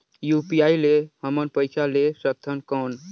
UPI ले हमन पइसा ले सकथन कौन?